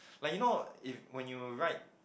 like you know if when you ride